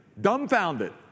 dumbfounded